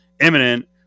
imminent